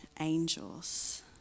angels